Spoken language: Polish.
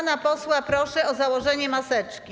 Pana posła proszę o założenie maseczki.